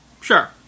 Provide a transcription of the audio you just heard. Sure